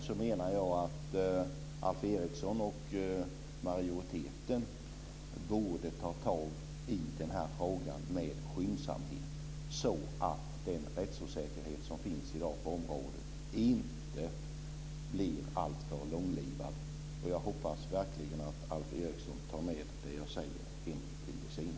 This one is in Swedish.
Jag menar därför att Alf Eriksson och majoriteten borde ta tag i frågan med skyndsamhet så att den rättsosäkerhet som i dag finns på området inte blir alltför långlivad. Jag hoppas verkligen att Alf Eriksson tar med det jag säger till de sina.